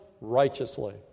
righteously